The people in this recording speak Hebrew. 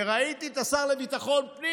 וראיתי את השר לביטחון פנים,